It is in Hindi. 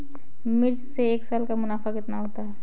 मिर्च से एक साल का मुनाफा कितना होता है?